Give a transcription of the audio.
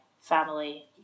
family